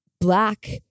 Black